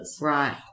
Right